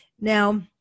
Now